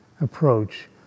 approach